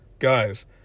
Guys